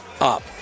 up